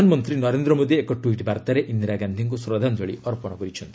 ପ୍ରଧାନମନ୍ତ୍ରୀ ନରେନ୍ଦ୍ର ମୋଦି ଏକ ଟ୍ୱିଟ୍ ବାର୍ତ୍ତାରେ ଇନ୍ଦିରା ଗାନ୍ଧୀଙ୍କୁ ଶ୍ରଦ୍ଧାଞ୍ଜଳି ଅର୍ପଣ କରିଛନ୍ତି